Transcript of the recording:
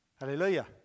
Hallelujah